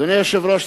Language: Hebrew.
אדוני היושב-ראש,